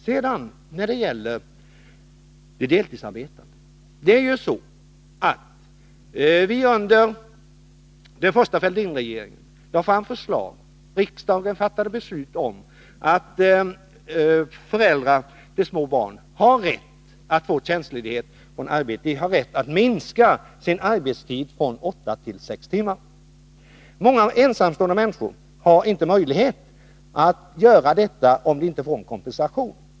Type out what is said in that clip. När det sedan gäller de deltidsarbetande lade vi under den första Fälldinregeringen fram förslag om — vilket riksdagen beslutade — att föräldrar till små barn skulle ha rätt att minska sin arbetstid från åtta till sex timmar. Många ensamstående människor har inte möjlighet att göra detta om de inte får kompensation.